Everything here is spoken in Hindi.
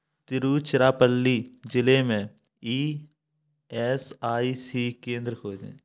तिरुचिरापल्ली जिले में ई एस आई सी केंद्र खोजें